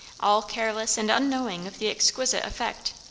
all careless and unknowing of the exquisite effect,